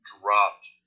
dropped